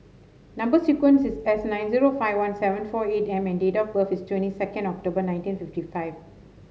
number sequence is S nine zero five one seven four eight M and date of birth is twenty second October nineteen fifty five